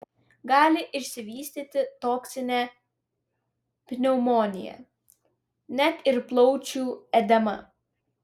gali išsivystyti toksinė pneumonija net ir plaučių edema